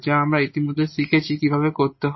যা আমরা ইতিমধ্যে শিখেছি কিভাবে এটি করতে হয়